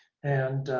and,